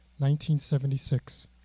1976